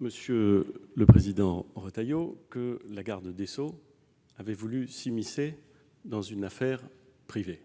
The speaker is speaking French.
monsieur le président Retailleau, que la garde des sceaux avait voulu s'immiscer dans une affaire privée.